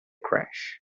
crash